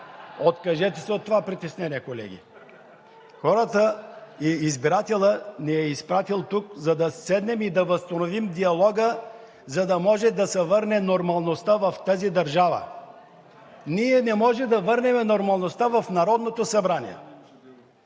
Откажете се от това притеснение, колеги! Хората и избирателят ни е изпратил тук, за да седнем и да възстановим диалога, за да може да се върне нормалността в тази държава. Ние не можем да върнем нормалността в Народното събрание.